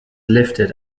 lifted